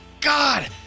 God